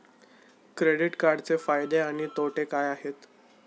Credit कार्डचे फायदे आणि तोटे काय आहेत?